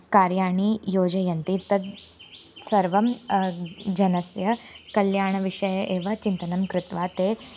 कार्याणि योजयन्ति तद् सर्वं जनस्य कल्याणविषये एव चिन्तनं कृत्वा ते